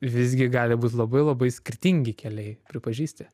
visgi gali būt labai labai skirtingi keliai pripažįsti